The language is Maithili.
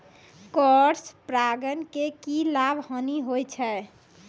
क्रॉस परागण के की लाभ, हानि होय छै?